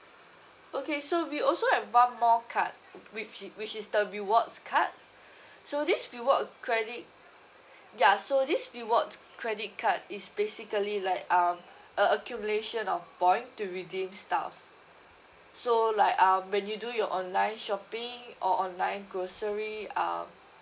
okay so we also have one more card which which is the rewards card so this rewards credit ya so this rewards credit card is basically like um a accumulation of points to redeem stuff so like um when you do your online shopping or online grocery uh